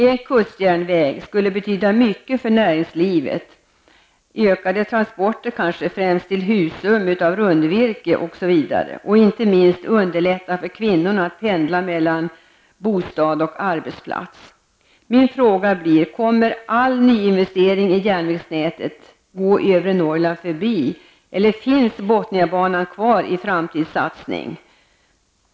En kustjärnväg skulle betyda mycket för näringslivet i ökade transporter, främst till Husum av rundvirke osv. Inte minst skulle det underlätta för kvinnorna att pendla mellan bostad och arbetsplats. Min fråga blir: Kommer all nyinvestering i järnvägsnätet att gå övre Norrland förbi eller finns Botniabanan kvar i framtidssatsningen?